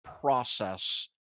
process